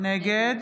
נגד